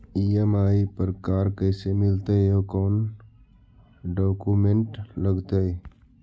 EMI पर car कैसे मिलतै औ कोन डाउकमेंट लगतै?